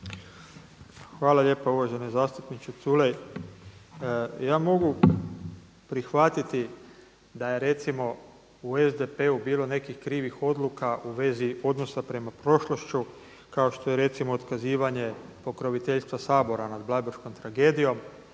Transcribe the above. Hvala lijepa uvaženi zastupniče Culej. Ja mogu prihvatiti da je recimo u SDP-u bilo nekih krivih odluka u vezi odnosa prema prošlošću kao što je recimo otkazivanje pokroviteljstva Sabora nad Bleiburškom tragedijom.